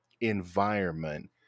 environment